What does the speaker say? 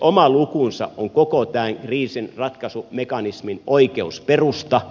oma lukunsa on koko tämän kriisinratkaisumekanismin oikeusperusta